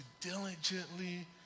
diligently